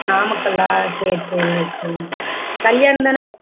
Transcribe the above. நாமக்கலா சரி சரி ஓகே கல்யாணந்தானே